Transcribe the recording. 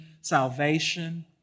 salvation